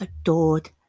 adored